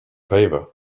favor